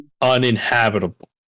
Uninhabitable